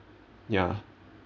ya